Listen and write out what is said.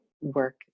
work